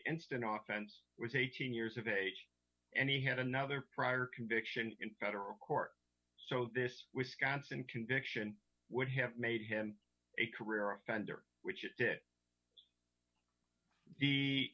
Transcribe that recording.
instant nonsense was eighteen years of age and he had another prior conviction in federal court so this wisconsin conviction would have made him a career offender which i